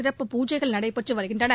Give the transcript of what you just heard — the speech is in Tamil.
சிறப்பு பூஜைகள் நடைபெற்று வருகின்றன